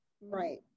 Right